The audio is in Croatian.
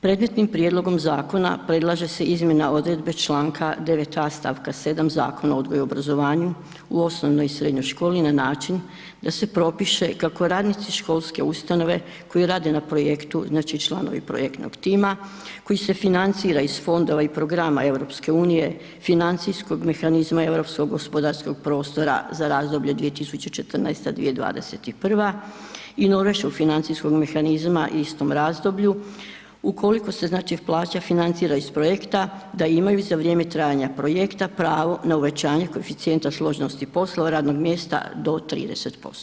Predmetnim prijedlogom zakona predlaže se izmjena odredbe Članka 9a. stavka 7. Zakona o odgoju i obrazovanju u osnovnoj i srednjoj školi na način da se propiše kako radnici školske ustanove koji rade na projektu, znači članovi projektnog tima koji se financira iz fondova i programa EU financijskog mehanizma Europskog gospodarskog prostora za razdoblje 2014. - 2021. i Norveškog financijskog mehanizma u istom razdoblju, ukoliko se znači plaća financira iz projekta da imaju za vrijeme trajanja projekta pravo na uvećanje koeficijenta složenosti poslova radnog mjesta do 30%